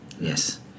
yes